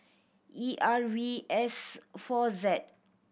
E R V S four Z